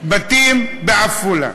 בתים בעפולה?